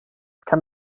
kann